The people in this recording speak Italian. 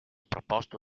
proposto